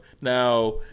Now